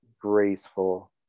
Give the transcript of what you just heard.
graceful